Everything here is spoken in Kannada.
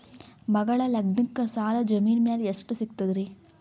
ಮಗಳ ಲಗ್ನಕ್ಕ ಸಾಲ ಜಮೀನ ಮ್ಯಾಲ ಎಷ್ಟ ಸಿಗ್ತದ್ರಿ?